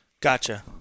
Gotcha